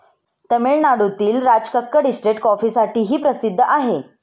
तामिळनाडूतील राजकक्कड इस्टेट कॉफीसाठीही प्रसिद्ध आहे